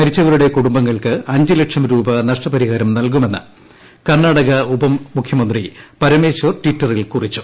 മരിച്ചവരുടെ കുടുംബങ്ങൾക്ക് അഞ്ച് ലക്ഷംരൂപ നഷ്ടപരിഹാരം നൽകുമെന്ന് കർണാടക ഉപമുഖ്യമന്ത്രി പരമേശ്വർ ട്വിറ്ററിൽ കുറിച്ചു